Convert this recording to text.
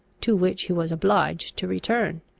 to which he was obliged to return.